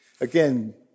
again